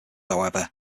however